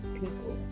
people